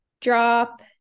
Drop